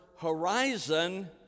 horizon